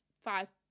five